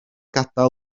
gadael